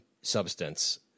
substance